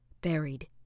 buried